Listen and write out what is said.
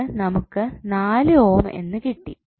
അത് നമുക്ക് നാല് ഓം എന്ന് കിട്ടി